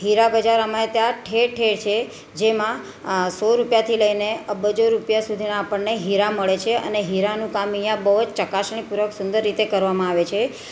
હીરા બજાર અમારે ત્યાં ઠેર ઠેર છે જેમાં સો રૂપિયાથી લઈને અબજો રૂપિયા સુધીના આપણને હીરા મળે છે અને હીરાનું કામ અહીંયાં બહુ જ ચકાસણીપૂર્વક સુંદર રીતે કરવામાં આવે છે